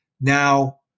now